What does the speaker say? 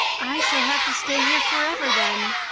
i shall have to stay here forever then,